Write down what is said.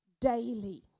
daily